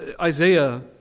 Isaiah